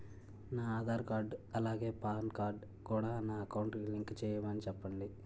నా ఆధార్ కార్డ్ అలాగే PAN card కూడా నా అకౌంట్ కి లింక్ చేయమని చెప్పండి